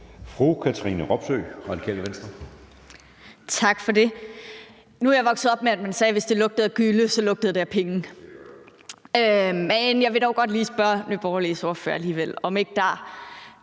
Katrine Robsøe (RV): Tak for det. Nu er jeg vokset op med, at man sagde, at hvis det lugtede af gylle, så lugtede det af penge. Men jeg vil dog godt lige spørge Nye Borgerliges ordfører om noget alligevel.